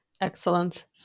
Excellent